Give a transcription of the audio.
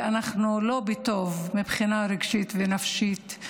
אנחנו לא בטוב מבחינה רגשית ונפשית,